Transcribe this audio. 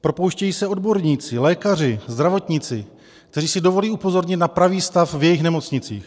propouštějí se odborníci, lékaři, zdravotníci, kteří si dovolí upozornit na pravý stav v jejich nemocnicích.